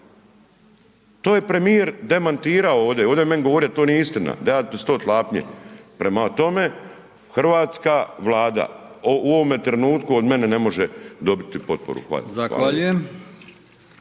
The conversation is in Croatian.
to je premijer demantirao, ovdje je meni govorio da to nije istina, da su to tlapnje. Prema tome, hrvatska Vlada u ovome trenutku od mene ne može dobiti potporu. Hvala